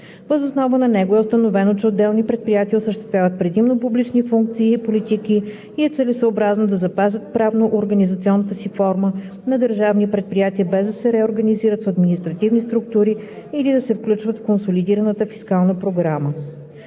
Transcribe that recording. Въз основа на него е установено, че отделни предприятия осъществяват предимно публични функции и политики и е целесъобразно да запазят правноорганизационната си форма на държавни предприятия, без да се реорганизират в административни структури или да се включват в консолидираната фискална програма.